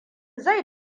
zai